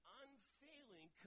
unfailing